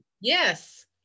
Yes